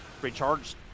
recharge